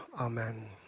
Amen